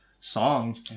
songs